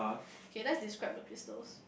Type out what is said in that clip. K let's describe the crystals